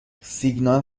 سیگنال